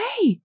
hey